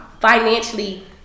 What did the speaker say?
financially